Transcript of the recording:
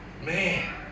Man